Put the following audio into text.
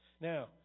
Now